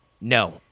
No